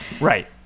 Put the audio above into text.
Right